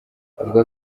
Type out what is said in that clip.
avuga